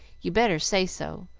you'd better say so.